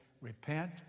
repent